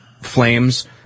flames